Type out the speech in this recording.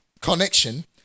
connection